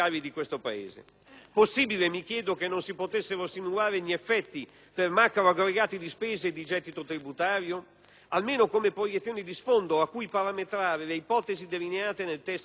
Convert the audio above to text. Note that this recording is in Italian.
Possibile, mi chiedo, che non si potessero simulare gli effetti per macroaggregati di spesa e di gettito tributario? Almeno come proiezioni di sfondo a cui parametrare le ipotesi delineate nel testo della legge delega,